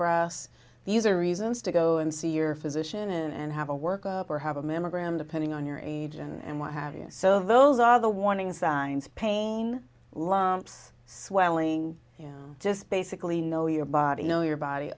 bras these are reasons to go and see your physician and have a work up or have a mammogram depending on your age and what have you so those are the warning signs pain lumps swelling and just basically know your body know your body